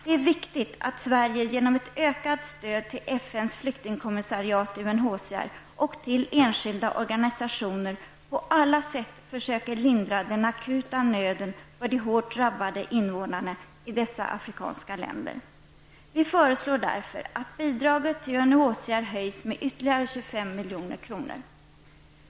Det är viktigt att Sverige genom ett ökat stöd till FNs flyktingkommissariat, UNHCR, och till enskilda organisationer på alla sätt försöker lindra den akuta nöden för de hårt drabbade invånarna i dessa afrikanska länder. Vi föreslår därför att bidraget till UNHCR höjs med ytterligare 25 milj.kr.